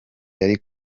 yari